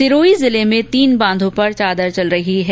सिरोही जिले में तीन बांधों पर चादर चल रही है